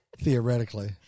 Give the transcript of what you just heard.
theoretically